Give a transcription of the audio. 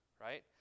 right